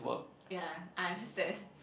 ya I understand